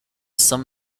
some